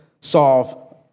solve